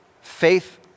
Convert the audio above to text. faith